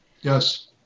yes